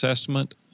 assessment